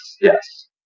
yes